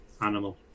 animal